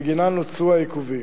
שבגינן נוצרו העיכובים,